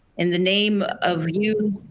in the name of you